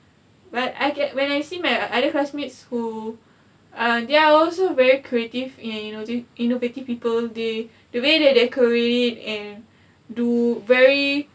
but I get when I see my other classmates who uh they're also very creative and innovative innovative people the way they decorate it and do very